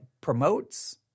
promotes